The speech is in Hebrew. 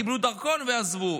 קיבלו דרכון ועזבו,